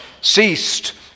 ceased